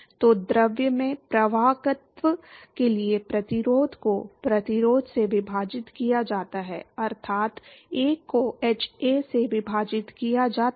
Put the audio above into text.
तो द्रव में प्रवाहकत्त्व के लिए प्रतिरोध को प्रतिरोध से विभाजित किया जाता है अर्थात 1 को hA से विभाजित किया जाता है